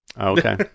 okay